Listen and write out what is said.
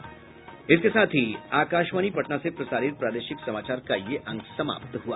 इसके साथ ही आकाशवाणी पटना से प्रसारित प्रादेशिक समाचार का ये अंक समाप्त हुआ